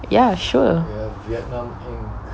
ya sure